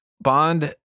Bond